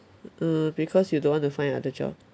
uh because you don't want to find other job